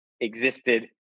existed